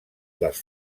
les